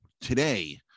today